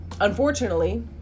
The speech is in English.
Unfortunately